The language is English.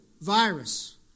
virus